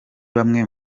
bamwe